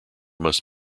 must